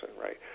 right